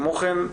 כמו כן,